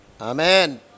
Amen